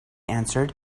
answered